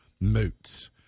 moots